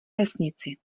vesnici